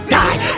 die